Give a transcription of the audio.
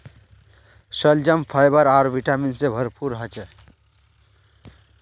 शलजम फाइबर आर विटामिन से भरपूर ह छे